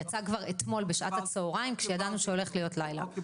היא יצאה כבר אתמול בשעת הצהריים כשידענו שהולך להיות לילה ארוך.